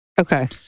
Okay